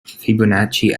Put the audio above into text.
fibonacci